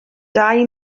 dau